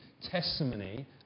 testimony